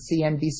CNBC